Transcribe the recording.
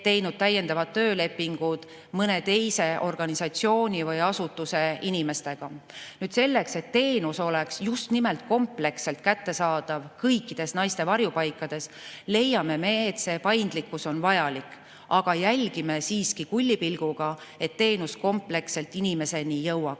teinud täiendavad töölepingud mõne teise organisatsiooni või asutuse inimestega. Selleks, et teenus oleks just nimelt kompleksselt kättesaadav kõikides naiste varjupaikades, on paindlikkus vajalik. Aga me jälgime siiski kullipilguga, et teenus kompleksselt inimeseni jõuaks,